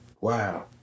Wow